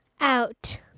out